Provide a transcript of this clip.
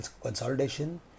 consolidation